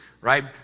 right